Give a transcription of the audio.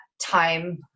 time